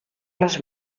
les